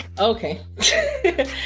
okay